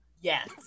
yes